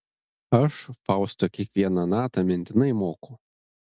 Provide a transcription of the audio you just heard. aš fausto kiekvieną natą mintinai moku